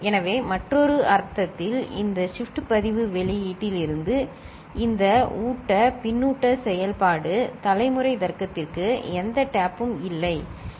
எனவே மற்றொரு அர்த்தத்தில் இந்த ஷிப்ட் பதிவு வெளியீட்டில் இருந்து இந்த ஊட்ட பின்னூட்ட செயல்பாடு தலைமுறை தர்க்கத்திற்கு எந்த டேப் பும் இல்லை சரி